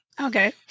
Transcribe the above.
Okay